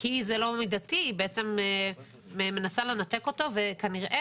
כי זה לא מידתי מנסה לנתק אותו וכנראה